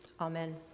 Amen